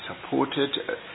supported